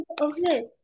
Okay